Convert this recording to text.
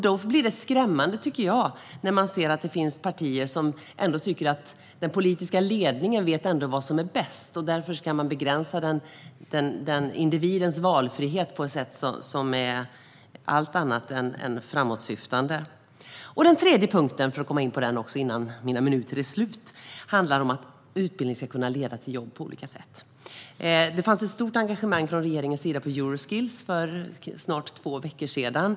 Då är det skrämmande att det finns partier som tycker att den politiska ledningen vet vad som är bäst och att man därför ska begränsa individens valfrihet på ett sätt som är allt annat än framåtsyftande. Den tredje saken vi fokuserar på handlar om att utbildning ska kunna leda till jobb. Det fanns ett stort engagemang från regeringens sida för Euroskills, för snart två veckor sedan.